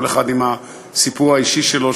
כל אחד עם הסיפור האישי שלו,